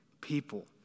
people